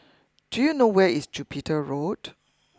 do you know where is Jupiter Road